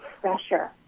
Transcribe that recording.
pressure